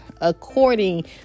according